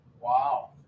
Wow